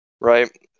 right